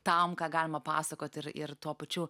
tam ką galima pasakot ir ir tuo pačiu